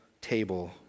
table